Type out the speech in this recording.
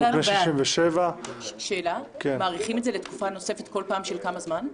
בני 67. יש לי שאלה: מאריכים את זה כל פעם לתקופה נוספת של כמה זמן?